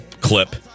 clip